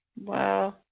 Wow